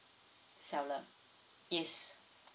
seller yes